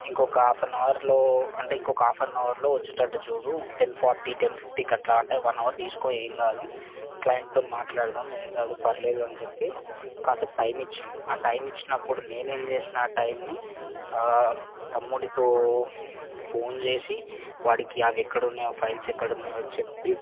ఇంకొక half an అవర్లో అంటే ఇంకొక హాఫ్ అన్ అవర్లో వచ్చేటట్టు చూడు టెన్ ఫార్టీ టెన్ ఫిఫ్టీ కట్ల అంటే వన్ అవర్ తీసుకో ఏం కాదు క్లైంట్తో మాట్లాడుదాం ఏం కాదు పర్లేదు అని చెప్పి కాసేపు టైం ఇచ్చిండు ఆ టైం ఇచ్చినప్పుడు నేనేం చేసినా ఆ టైంని తమ్ముడితో ఫోన్ చేసి వాడికి అవి ఎక్కడ ఉన్నాయో ఫైల్స్ ఎక్కడున్నాయో చెప్పి